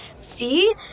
See